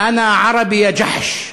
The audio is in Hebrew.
"אנא ערבי יא ג'חש".